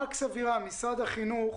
מקס אבירם, משרד החינוך,